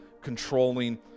controlling